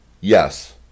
Yes